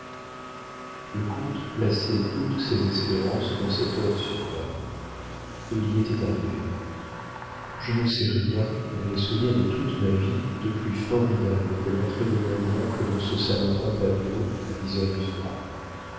le comte plaçait toutes ses espérances dans cette heure suprême et il y était arrivé je ne sais rien dans les souvenirs de toute ma vie de plus formidable que l'entrée de mon oncle dans ce salon pompadour à dix heures du soir